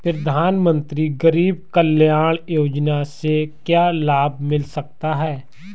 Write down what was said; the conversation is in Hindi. प्रधानमंत्री गरीब कल्याण योजना से क्या लाभ मिल सकता है?